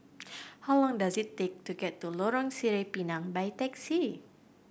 how long does it take to get to Lorong Sireh Pinang by taxi